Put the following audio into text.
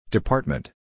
Department